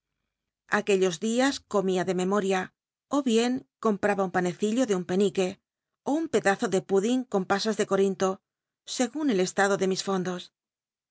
aquellos diascomia demcmol'ia ó bien compraba un panecillo de un penique ó un pedazo de pudding con pasas de corinto segun el estado de mis fondos